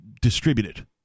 distributed